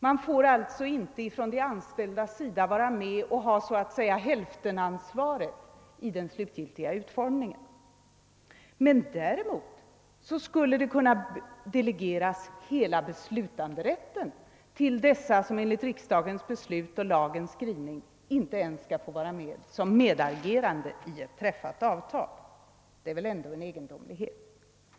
De anställda får alltså inte vara med och ha hälftenansvaret vid den slutgiltiga utformningen. Däremot skulle hela beslutanderätten kunna delegeras till dessa som enligt riksdagens beslut och lagens skrivning inte ens skall få vara med som medagerande vid träffandet av ett avtal. Detta är väl ändå en egendomlighet.